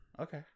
Okay